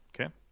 Okay